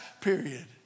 period